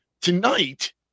tonight